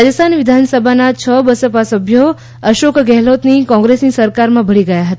રાજસ્થાન વિધાનસભાના છ બસપા સભ્યો અશોક ગેહલોતની કોંગ્રેસની સરકારમાં ભળી ગયા તા